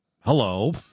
Hello